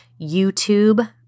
YouTube